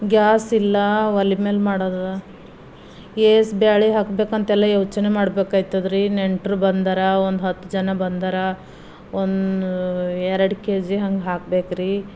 gas ಇಲ್ಲ ಒಲೆ ಮೇಲೆ ಮಾಡೋದು ಎಸ್ ಬ್ಯಾಳಿ ಹಾಕಬೇಕಂತೆಲ್ಲ ಯೋಚನೆ ಮಾಡ್ಬೇಕಾಯ್ತದ್ರೀ ನೆಂಟ್ರು ಬಂದರೆ ಒಂದು ಹತ್ತು ಜನ ಬಂದರೆ ಒಂದು ಎರಡು ಕೆ ಜಿ ಹಂಗೆ ಹಾಕ್ಬೇಕ್ರೀ